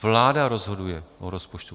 Vláda rozhoduje o rozpočtu.